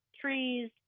trees